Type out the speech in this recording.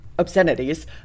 obscenities